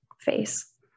face